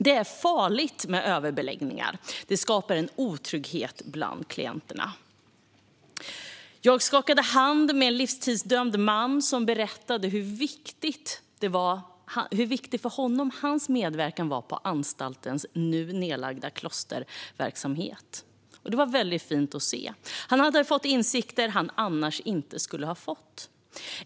Det är farligt med överbeläggningar, och det skapar en otrygghet hos klienterna. Jag skakade hand med en livstidsdömd man som berättade hur viktig hans medverkan på anstaltens nu nedlagda klosterverksamhet varit för honom. Det var väldigt fint att se. Han hade fått insikter som han annars inte skulle ha fått.